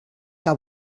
que